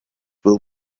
will